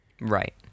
Right